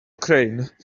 crane